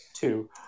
two